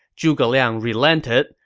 zhuge liang relented,